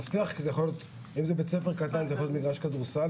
מפתח לבית-ספר קטן זה יכול להיות מגרש כדורסל,